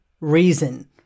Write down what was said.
reason